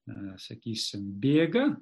sakysim bėga